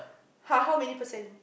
how how many percent